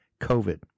COVID